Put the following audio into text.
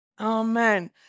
Amen